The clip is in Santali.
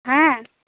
ᱦᱮᱸ